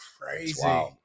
crazy